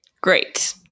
Great